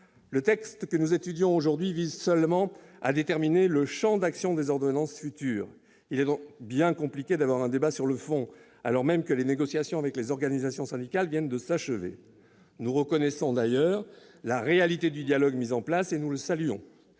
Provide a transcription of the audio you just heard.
Le texte que nous étudions aujourd'hui vise seulement à déterminer le champ d'intervention des ordonnances à venir. Il est donc bien compliqué d'avoir un débat sur le fond, alors même que les négociations avec les organisations syndicales viennent de s'achever. Nous reconnaissons d'ailleurs la réalité du dialogue mis en place, que nous saluons.